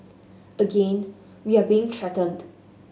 again we are being threatened